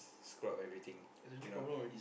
screw up everything you know